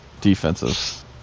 defensive